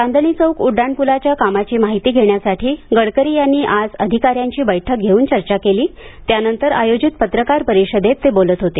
चांदणी चौक उड्डाणप्लाच्या कामाची माहिती घेण्यासाठी गडकरी यांनी आज अधिकाऱ्यांची बैठक घेऊन चर्चा केली त्यानंतर आयोजित पत्रकार परिषदेत ते बोलत होते